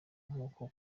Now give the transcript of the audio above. nk’uko